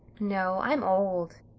no, i'm old.